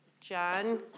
John